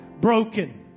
Broken